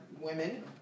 women